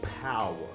power